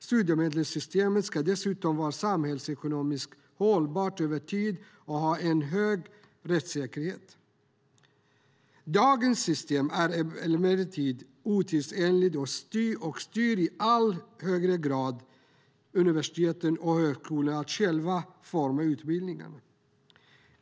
Studiemedelssystemet ska dessutom vara samhällsekonomiskt hållbart över tid och ha en hög rättssäkerhet. Dagens system är emellertid otidsenligt och styr i allt högre grad hur universiteten och högskolorna själva utformar sina utbildningar.